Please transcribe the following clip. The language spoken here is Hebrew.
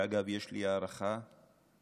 שאגב, יש לי הערכה אליו,